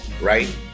right